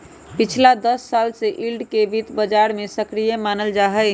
पिछला दस साल से यील्ड के वित्त बाजार में सक्रिय मानल जाहई